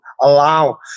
allow